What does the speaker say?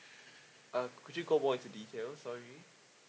uh could you go more into details sorry